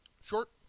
Short